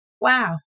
Wow